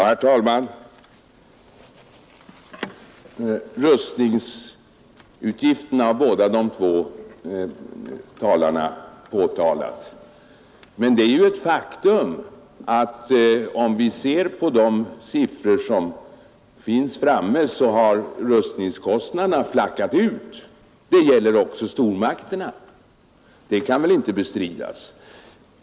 Herr talman! Rustningsutgifterna har båda de föregående talarna tagit upp. Men det är ett faktum att rustningskostnaderna flackat ut — det gäller också stormakterna. Det kan väl inte bestridas.